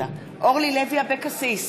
אורלי לוי אבקסיס,